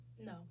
No